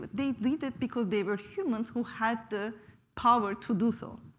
they did it because they were humans who had the power to do so.